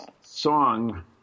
song